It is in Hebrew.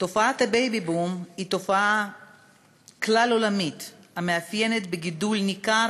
תופעת ה"בייבי בום" היא תופעה כלל-עולמית המאופיינת בגידול ניכר